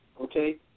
okay